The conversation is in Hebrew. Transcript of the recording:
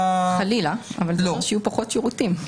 חלילה, אבל יהיו פחות שירותים.